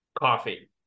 Coffee